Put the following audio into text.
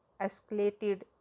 escalated